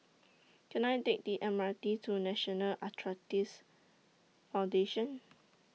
Can I Take The M R T to National Arthritis Foundation